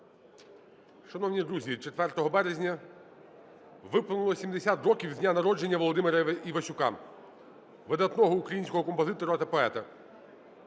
Шановні друзі, 4 березня виповнилось 70 років з дня народження Володимира Івасюка – видатного українського композитора та поета.